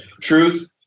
Truth